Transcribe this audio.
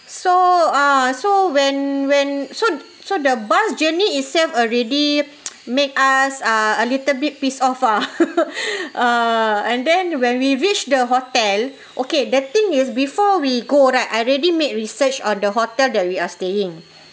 so ah so when when so so the bus journey itself already make us ah a little bit pissed off ah uh and then when we reached the hotel okay the thing is before we go right I already made research on the hotel that we are staying